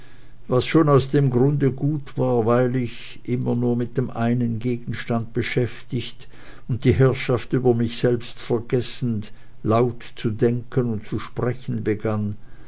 was schon aus dem grunde gut war weil ich immer nur mit dem einen gegenstande beschäftigt und die herrschaft über mich selbst vergessend laut zu denken und zu sprechen begann